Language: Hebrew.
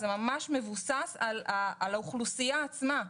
זה ממש מבוסס על האוכלוסייה עצמה.